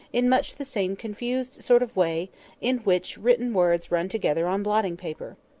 in much the same confused sort of way in which written words run together on blotting-paper.